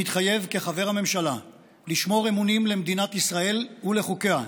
מתחייב כחבר הממשלה לשמור אמונים למדינת ישראל ולחוקיה,